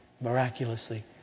miraculously